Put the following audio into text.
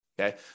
Okay